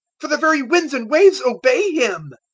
for the very winds and waves obey him!